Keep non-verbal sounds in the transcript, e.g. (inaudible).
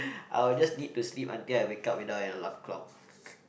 (breath) I'll just need to sleep until I wake up without an alarm clock (noise)